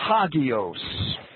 hagios